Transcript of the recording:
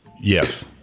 Yes